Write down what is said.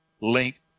length